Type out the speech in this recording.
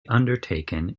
undertaken